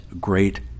great